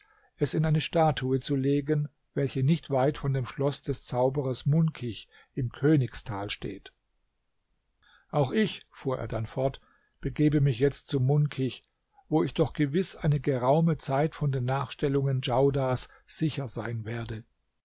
es in eine statue zu legen welche nicht weit von dem schloß des zauberers munkich im königstal steht auch ich fuhr er dann fort begebe mich jetzt zu munkich wo ich doch gewiß eine geraume zeit von den nachstellungen djaudars sicher sein werde